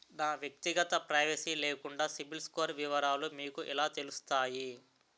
నా వ్యక్తిగత ప్రైవసీ లేకుండా సిబిల్ స్కోర్ వివరాలు మీకు ఎలా తెలుస్తాయి?